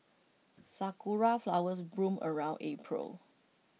Sakura Flowers bloom around April